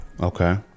Okay